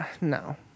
No